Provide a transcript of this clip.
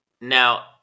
Now